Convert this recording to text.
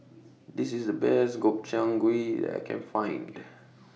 This IS The Best Gobchang Gui that I Can Find